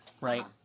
Right